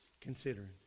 considering